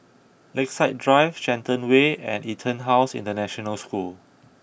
Lakeside Drive Shenton Way and EtonHouse International School